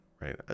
right